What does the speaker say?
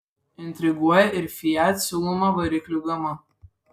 intriguoja ir fiat siūloma variklių gama